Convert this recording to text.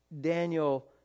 Daniel